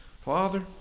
Father